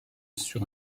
sur